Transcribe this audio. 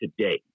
today